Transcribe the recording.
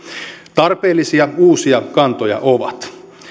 tarpeellisia uusia kantoja ovat